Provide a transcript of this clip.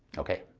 ok